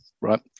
Right